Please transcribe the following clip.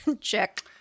Check